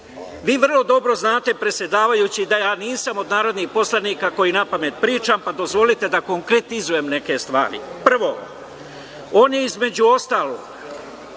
vrlo dobro znate, predsedavajući, da ja nisam od narodnih poslanika koji napamet pričam, dozvolite da konkretizujem neke stvari. Prvo, on je, između ostalog,